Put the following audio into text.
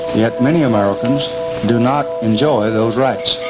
yet many americans do not enjoy those rights.